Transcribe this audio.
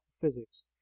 physics